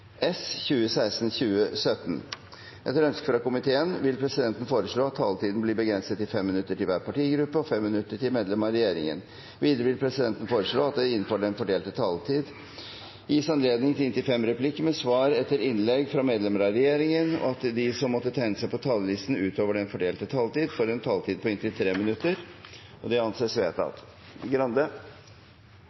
regjeringen. Videre vil presidenten foreslå at det – innenfor den fordelte taletid – blir gitt anledning til inntil fem replikker med svar etter innlegg fra medlemmer av regjeringen, og at de som måtte tegne seg på talerlisten utover den fordelte taletid, får en taletid på inntil 3 minutter. – Det anses vedtatt. Arild Grande